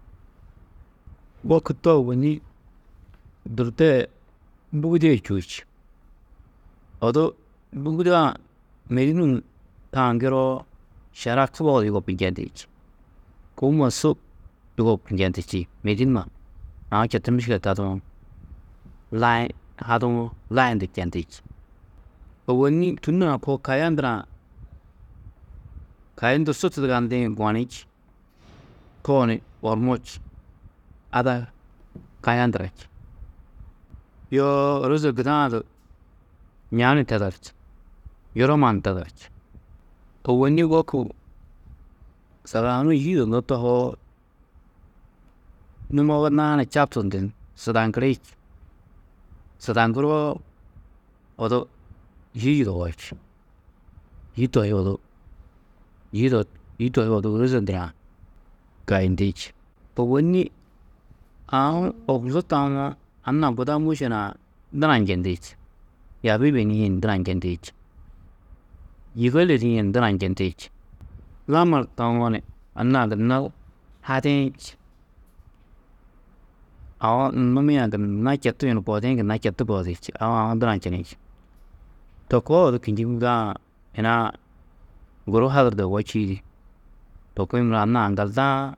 Wôku to ôwonni durdaa yê bûgudee čûo či, odu bûgude-ã mêdi nuũ tau ŋgiroo, šera kubogo di yugopu njendi či, kômma su yugopu njendi či, mêdi numa aũ četu miškile taduwo lai haduwo layundu njendi či, ôwonni Tû naa koo kaya ndurã, kayi ndur su tudugandĩ goni či, tooni ormo či, ada kaya ndura či. Yoo ôroze guda-ã du ña ni tadar či, yuromma ni tadar či, ôwonni wôku sagahunu yî yudoonó tohoo, numogo naani čabtudundu ni sudaŋgiri či. Sudaŋguroo odu yî yudoi či, yî to hi odu, yî yudoo, yî to hi odu ôroze ndurã kayindi či. Ôwonni aũ horkusu tawo, anna guda môše nuã duna njendi či, yaabi yibenîe ni duna njendi či, yîgo ledîe ni duna njendi či, lamar tawo ni anna-ã gunna hadiĩ či, aũ numia-ã gunna četu yunu kohidiĩ gunna četu kohidiĩ či, aũ, aũ hu duna ni čeni či, to koo odu kînjigi ŋgoo-ã yina-ã guru hadurdo yugó čîidi to kuĩ muro anna aŋgalda-ã.